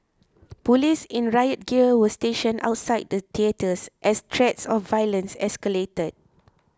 police in riot gear were stationed outside the theatres as threats of violence escalated